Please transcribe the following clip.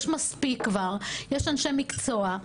יש מספיק כבר, יש אנשי מקצוע,